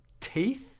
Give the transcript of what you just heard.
teeth